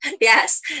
Yes